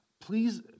please